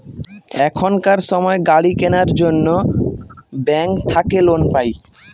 এখনকার সময় গাড়ি কেনার জন্য ব্যাঙ্ক থাকে লোন পাই